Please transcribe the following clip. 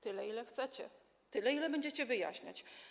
Tyle, ile chcecie, tyle, ile będziecie wyjaśniać.